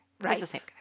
Right